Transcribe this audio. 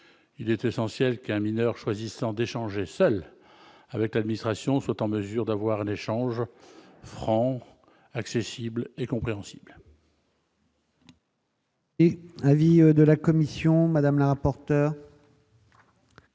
il est essentiel qu'un mineur, choisissant d'échanger seul avec l'administration soit en mesure d'avoir un échange franc accessibles et compréhensibles.